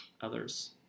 others